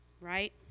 right